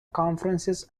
conferences